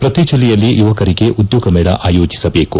ಪ್ರತಿ ಜಲ್ಲೆಯಲ್ಲಿ ಯುವಕರಿಗೆ ಉದ್ಯೋಗ ಮೇಳ ಆಯೋಜಿಸಬೇಕು